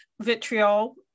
vitriol